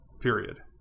Period